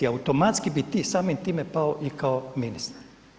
Automatski bi ti samim time pao i kao ministar.